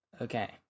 Okay